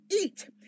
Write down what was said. eat